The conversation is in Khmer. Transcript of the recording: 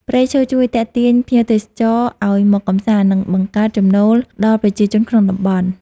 ព្រៃឈើជួយទាក់ទាញភ្ញៀវទេសចរឱ្យមកកម្សាន្ត និងបង្កើតចំណូលដល់ប្រជាជនក្នុងតំបន់។